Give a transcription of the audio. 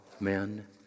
Amen